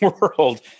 world